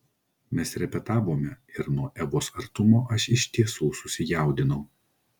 mes repetavome ir nuo evos artumo aš iš tiesų susijaudinau